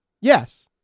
Yes